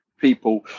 people